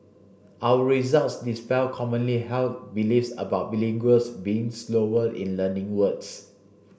our results dispel commonly held beliefs about bilinguals being slower in learning words